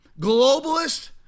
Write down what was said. globalist